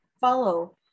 follow